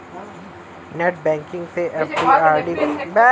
net banking से FD RD खोले के बाद डिपाजिट स्लिप डाउनलोड किहल जा सकला